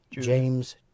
james